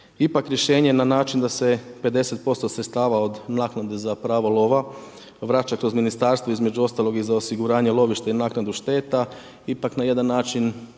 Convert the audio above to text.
Ipak rješenje na način da se 50% sredstava od naknade za pravo lova vraća kroz ministarstvo, između ostalog i za osiguranje lovišta i naknadu šteta ipak na jedan način